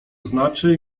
znaczy